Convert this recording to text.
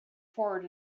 forward